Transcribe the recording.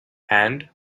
and